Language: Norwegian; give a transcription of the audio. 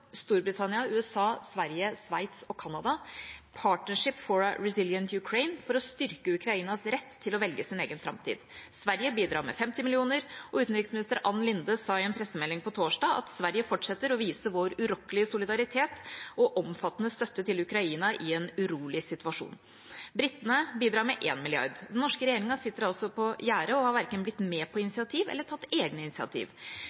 Storbritannia, USA, Sverige, Sveits og Canada The Partnership Fund for a Resilient Ukraine, for å styrke Ukrainas rett til å velge sin egen framtid. Sverige bidrar med 50 mill. kr, og utenriksminister Ann Linde sa i en pressemelding på torsdag at Sverige fortsetter å vise sin urokkelige solidaritet med og omfattende støtte til Ukraina i en urolig situasjon. Britene bidrar med 1 mrd. kr. Den norske regjeringa sitter altså på gjerdet og har verken blitt med på noe initiativ